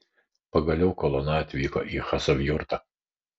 pagaliau kolona atvyko į chasavjurtą